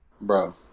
Bro